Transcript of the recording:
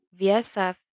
VSF